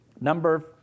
Number